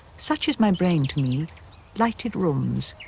such is my brain to me, lighted rooms.